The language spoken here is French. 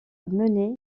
mené